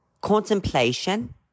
contemplation